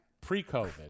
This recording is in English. Pre-COVID